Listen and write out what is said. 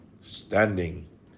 standing